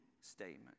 statement